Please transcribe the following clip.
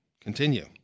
continue